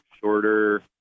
shorter